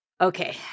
Okay